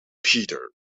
peter